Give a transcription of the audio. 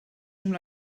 una